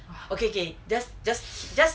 okay okay there's just just just